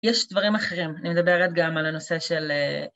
יש דברים אחרים, אני מדברת גם על הנושא של אה..